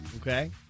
Okay